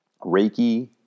Reiki